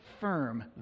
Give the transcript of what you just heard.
firm